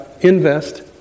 invest